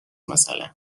مثلا